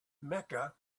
mecca